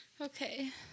Okay